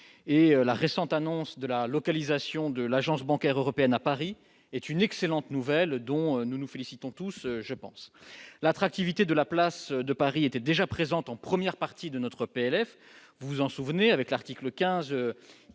et la récente annonce de la localisation de l'agence bancaire européenne à Paris est une excellente nouvelle dont nous nous félicitons tous je pense, l'attractivité de la place de Paris était déjà présent en première partie de notre PLF, vous vous en souvenez, avec l'article 15